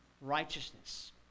righteousness